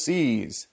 Seas